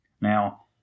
Now